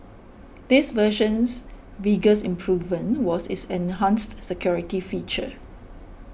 this version's biggest improvement was its enhanced security feature